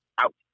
out